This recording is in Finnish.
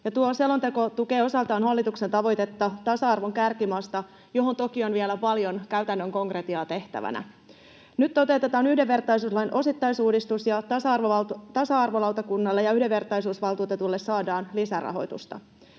selonteko tukee osaltaan hallituksen tavoitetta tasa-arvon kärkimaasta, johon toki on vielä paljon käytännön konkretiaa tehtävänä. Nyt toteutetaan yhdenvertaisuuslain osittaisuudistus, ja tasa-arvolautakunnalle ja yhdenvertaisuusvaltuutetulle saadaan lisärahoitusta.